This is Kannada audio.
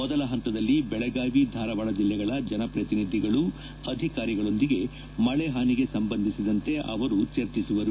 ಮೊದಲ ಪಂತದಲ್ಲಿ ಬೆಳಗಾವಿ ಧಾರವಾಡ ಜಿಲ್ಲೆಗಳ ಜನಪ್ರತಿನಿಧಿಗಳು ಅಧಿಕಾರಿಗಳೊಂದಿಗೆ ಮಳೆಹಾನಿಗೆ ಸಂಬಂಧಿಸಿದಂತೆ ಚರ್ಚಿಸಲಿದ್ದಾರೆ